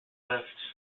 left